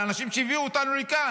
לאנשים שהביאו אותנו לכאן.